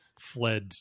fled